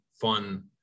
fun